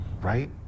right